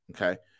Okay